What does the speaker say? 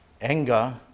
Anger